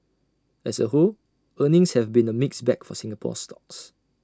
as A whole earnings have been A mixed bag for Singapore stocks